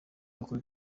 bakora